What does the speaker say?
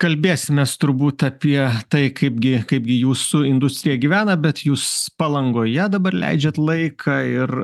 kalbėsimės turbūt apie tai kaipgi kaipgi jūsų industrija gyvena bet jūs palangoje dabar leidžiat laiką ir